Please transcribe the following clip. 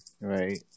Right